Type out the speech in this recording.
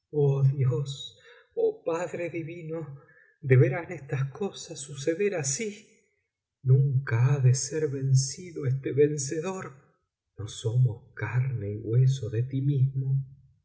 dios oh padre divino deberán estas cosas suceder así nunca ha de ser vencido este vencedor no somos carne y hueso de ti mismo